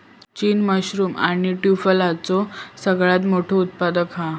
चीन मशरूम आणि टुफलाचो सगळ्यात मोठो उत्पादक हा